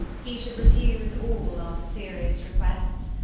he should refuse all our serious requests,